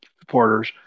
Supporters